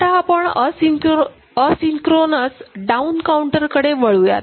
आता आपण asynchronous down counter कडे वळूयात